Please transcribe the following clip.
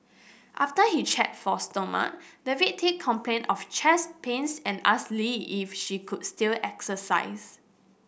after he checked for stomach the victim complained of chest pains and asked Lee if she could still exercise